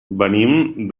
venim